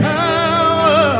power